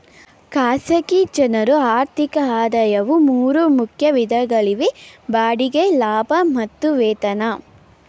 ಖಾಸಗಿ ಜನ್ರು ಆರ್ಥಿಕ ಆದಾಯವು ಮೂರು ಮುಖ್ಯ ವಿಧಗಳಾಗಿವೆ ಬಾಡಿಗೆ ಲಾಭ ಮತ್ತು ವೇತನ